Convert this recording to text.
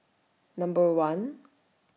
Number one